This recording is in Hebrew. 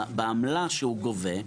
בעמלה שהוא גובה,